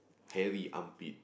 hairy armpit